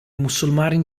musulmani